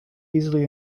easily